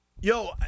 Yo